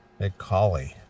mccauley